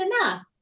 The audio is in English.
enough